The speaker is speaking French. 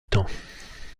temps